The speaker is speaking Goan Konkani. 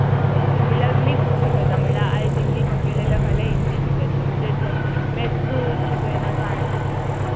आं म्हणल्यार मिक्स शिकयता म्हणल्यार आयज इंग्लीश शिकयलें जाल्यार फाल्यां हिंदी शिकयतलो म्हणजे अशें मॅत्सूच शिकयना सायन्सूच शिकयना